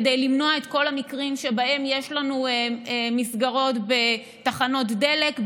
כדי למנוע את כל המקרים שבהם יש לנו מסגרות בתחנות דלק,